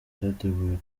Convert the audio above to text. cyateguwe